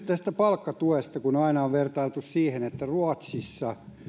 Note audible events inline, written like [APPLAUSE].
[UNINTELLIGIBLE] tästä palkkatuesta on aina vertailtu siihen että ruotsissa